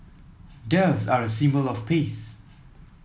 doves are a symbol of peace